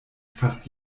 fast